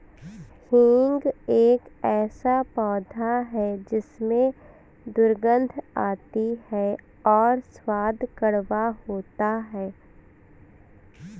हींग एक ऐसा पौधा है जिसमें दुर्गंध आती है और स्वाद कड़वा होता है